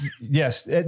yes